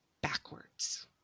backwards